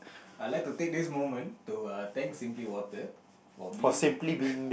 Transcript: I like to take this moment to uh thanks simply water for being